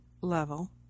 level